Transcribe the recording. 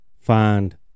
find